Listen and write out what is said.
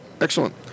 Excellent